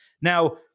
Now